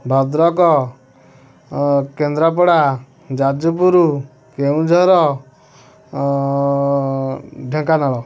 ଭଦ୍ରକ କେନ୍ଦ୍ରପଡ଼ା ଯାଜପୁରୁ କେଉଁଝର ଢେଙ୍କାନାଳ